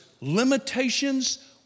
limitations